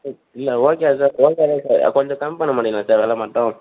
இல்லை okay sir okay த sir கொஞ்சம் கம்மி பண்ண முடியலா சார் வில மாட்டோம்